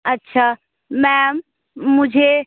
अच्छा मैम मुझे